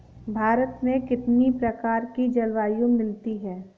भारत में कितनी प्रकार की जलवायु मिलती है?